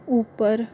ऊपर